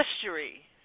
history